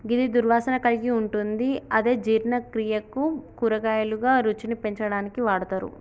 గిది దుర్వాసన కలిగి ఉంటుంది అలాగే జీర్ణక్రియకు, కూరగాయలుగా, రుచిని పెంచడానికి వాడతరు